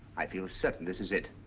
i feel certain this is it.